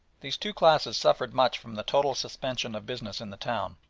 these two classes suffered much from the total suspension of business in the town,